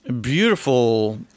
beautiful